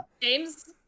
james